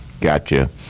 Gotcha